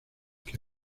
que